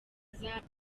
z’abagabo